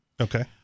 Okay